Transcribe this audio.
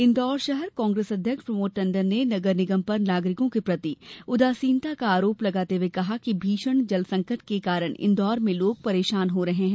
इंदौर शहर कांग्रेस अध्यक्ष प्रमोद टंडन ने नगर निगम पर नागरिको के प्रति उदासीनता का आरोप लगाते हये कहा कि भीषण जलसंकट के कारण इंदौर में लोग परेशान हो रहे हैं